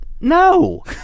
No